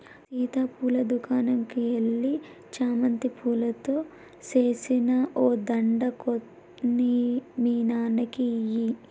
సీత పూల దుకనంకు ఎల్లి చామంతి పూలతో సేసిన ఓ దండ కొని మీ నాన్నకి ఇయ్యి